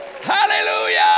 hallelujah